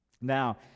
Now